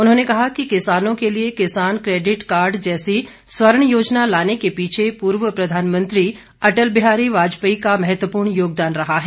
उन्होंने कहा कि किसानों के लिए किसान कैडिट कार्ड जैसी स्वर्ण योजना लाने के पीछे पूर्व प्रधानमंत्री अटल बिहारी वाजपेयी का महत्वपूर्ण योगदान रहा है